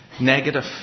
Negative